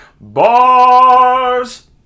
bars